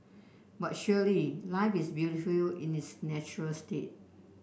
but surely life is beautiful you in its natural state